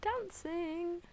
dancing